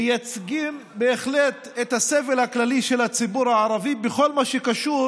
מייצגים בהחלט את הסבל הכללי של הציבור הערבי בכל מה שקשור